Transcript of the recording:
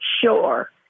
sure